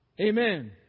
Amen